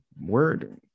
word